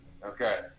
Okay